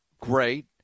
great